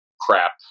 crap